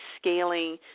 scaling